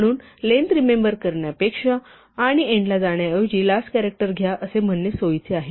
म्हणून length remember करण्यापेक्षा आणि एन्डला जाण्याऐवजी लास्ट कॅरॅक्टर घ्या असे म्हणणे सोयीचे आहे